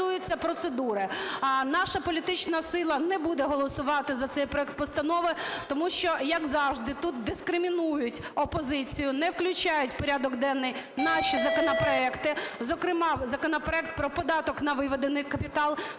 Наша політична сила не буде голосувати за цей проект постанови, тому що, як завжди, тут дискримінують опозицію, не включають в порядок денний наші законопроекти. Зокрема, законопроект про податок на виведений капітал.